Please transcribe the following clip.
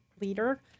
leader